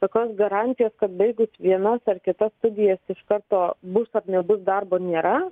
jokios garantijos kad baigus vienas ar kitas studijas iš karto bus nebus darbo nėra